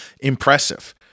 impressive